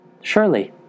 Surely